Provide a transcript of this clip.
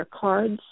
cards